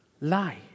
lie